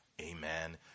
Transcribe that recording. amen